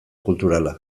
kulturala